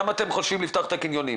למה אתם חושבים לפתוח את הקניונים?